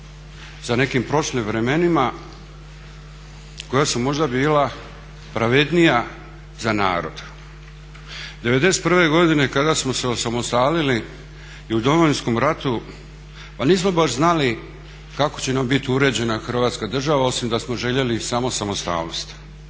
za nekim prošlim vremenima koja su možda bila pravednija za narod. '91. godine kada smo se osamostalili i u Domovinskom ratu, ma nismo baš znali kako će nam biti uređena Hrvatska država osim da smo željeli samo samostalnost.